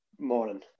morning